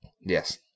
yes